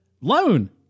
loan